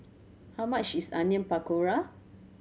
how much is Onion Pakora